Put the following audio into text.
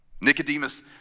Nicodemus